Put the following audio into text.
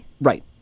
Right